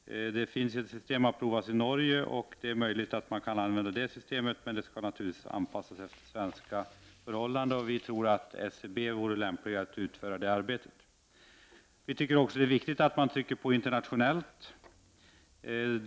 Ett system har provats i Norge. Det är möjligt att man kan använda det systemet, men det skall naturligtvis anpassas till svenska förhållanden. Vi i centern tror att SCB vore lämplig att utföra det arbetet. Vi i centern tycker att det är viktigt att man trycker på internationellt.